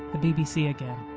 the bbc again